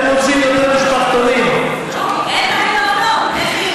זה לא נכון.